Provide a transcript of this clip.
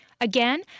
Again